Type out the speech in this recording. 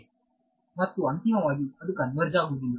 ಮತ್ತು ಅಂತಿಮವಾಗಿ ಅದು ಕನ್ವರ್ಜ ಆಗುವುದಿಲ್ಲ